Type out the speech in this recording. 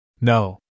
No